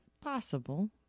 Possible